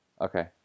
Okay